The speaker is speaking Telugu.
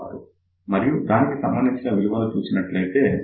66 మరియు దానికి సంబంధించిన విలువ చూచినట్లయితే అది 0